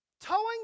Towing